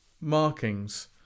markings